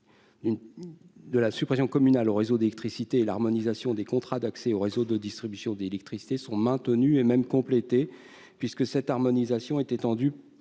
de la contribution communale au réseau d'électricité et l'harmonisation des contrats d'accès au réseau de distribution d'électricité sont maintenues et même complétées, puisque cette harmonisation est étendue